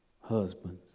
husbands